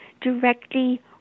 directly